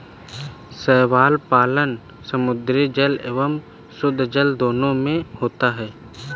शैवाल पालन समुद्री जल एवं शुद्धजल दोनों में होता है